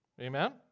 Amen